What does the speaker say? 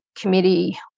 Committee